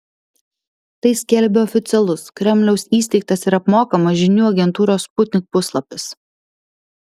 tai skelbia oficialus kremliaus įsteigtas ir apmokamas žinių agentūros sputnik puslapis